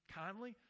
kindly